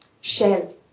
shell